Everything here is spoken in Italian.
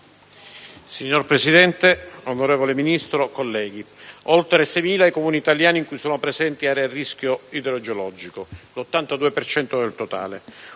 Signora Presidente, onorevole Ministro, colleghi, oltre 6.000 sono i Comuni italiani in cui sono presenti aree a rischio idrogeologico, l'82 per cento